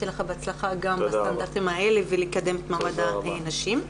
שיהיה לך בהצלחה גם בסטנדרטים האלה ולקדם את מעמד הנשים.